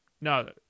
no